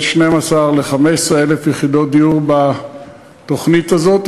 12,000 ל-15,000 יחידות דיור בתוכנית הזאת.